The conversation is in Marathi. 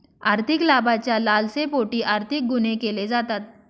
आर्थिक लाभाच्या लालसेपोटी आर्थिक गुन्हे केले जातात